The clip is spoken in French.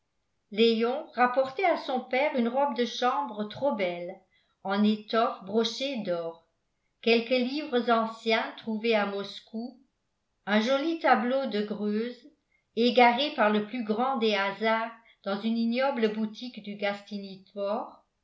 léon rapportait à son père une robe de chambre trop belle en étoffe brochée d'or quelques livres anciens trouvés à moscou un joli tableau de greuze égaré par le plus grand des hasards dans une ignoble boutique du